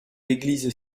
l’église